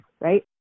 right